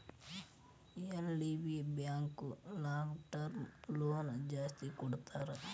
LDB bank long term loan ಜಾಸ್ತಿ ಕೊಡ್ತಾರ